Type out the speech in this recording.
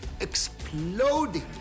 exploding